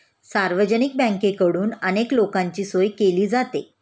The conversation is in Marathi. सार्वजनिक बँकेकडून अनेक लोकांची सोय केली जाते